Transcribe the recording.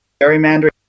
gerrymandering